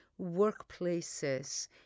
workplaces